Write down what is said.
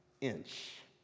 inch